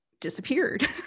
disappeared